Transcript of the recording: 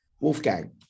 Wolfgang